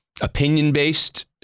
opinion-based